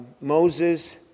Moses